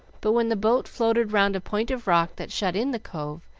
but when the boat floated round a point of rock that shut in the cove,